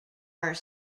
are